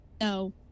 No